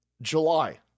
July